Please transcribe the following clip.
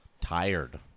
tired